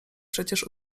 przecież